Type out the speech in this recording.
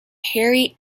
harry